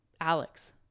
Alex